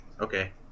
Okay